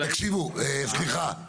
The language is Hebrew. תקשיבו, סליחה.